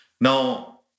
Now